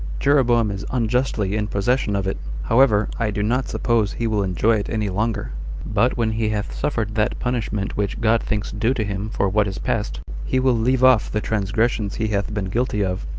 jeroboam is unjustly in possession of it. however, i do not suppose he will enjoy it any longer but when he hath suffered that punishment which god thinks due to him for what is past, he will leave off the transgressions he hath been guilty of,